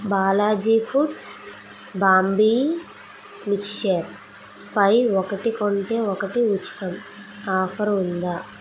Balaji foods బాంబీ మిక్చర్పై ఒకటి కొంటే ఒకటి ఉచితం ఆఫరు ఉందా